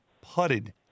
putted